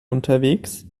unterwegs